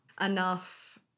enough